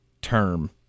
term